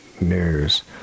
news